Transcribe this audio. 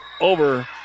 over